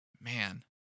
man